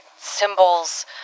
symbols